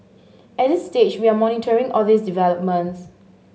at this stage we are monitoring all these developments